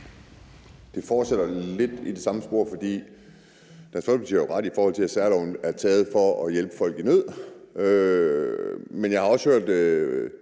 Det fortsætter lidt i det samme spor, for Dansk Folkeparti har jo ret, i forhold til at særloven er til for at hjælpe folk i nød, men jeg har også hørt